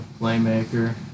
playmaker